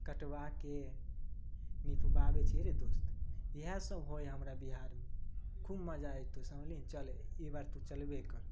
कटवाके निपबाबै छियै रे दोस्त इएह सब होइ है हमरा बिहारमे खूब मजा एतौ समझलिही चल ई बार तू चलबे कर